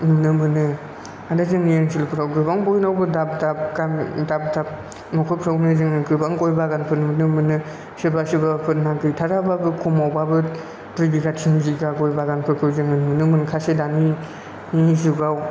नुनो मोनो दा जोंनि ओनसोलफ्राव गोबां बयनावबो दाब दाब गामि दाब दाब नखरफ्रावनो जोङो गोबां गइ बागानफोर नुनो मोनो सोरबा सोरबाफोरना गैथाराबाबो खमावबाबो दुइ बिगा थिन बिगा गइ बागानफोरखौ जोङो नुनो मोनखासै दानि जुगाव